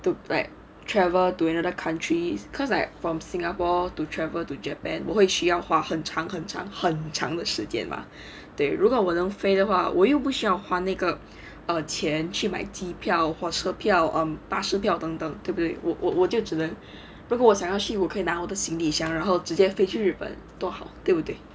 to like travel to another country cause like from singapore to travel to japan 我会需要花很长很长很长的时间嘛对如果我能飞的话我又不想还那个 err 钱去买机票火车票 um 巴士票等等对不对我我我就只能如果我想要去我可以拿我的行李箱然后直接飞去日本多好对不对